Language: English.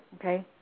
okay